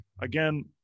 again